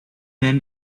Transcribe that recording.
then